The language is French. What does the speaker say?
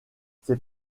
ses